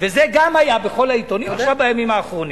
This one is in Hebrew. וזה גם היה בכל העיתונים בימים האחרונים.